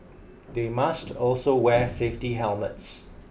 they must also wear safety helmets